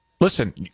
Listen